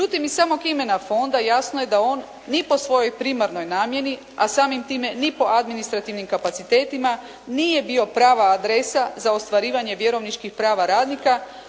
Međutim, iz samog imena fonda jasno je da on ni po svojoj primarnoj namjeni, a samim time ni po administrativnim kapacitetima nije bio prava adresa za ostvarivanje vjerovničkih prava radnika